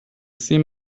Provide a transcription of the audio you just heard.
seam